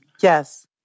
Yes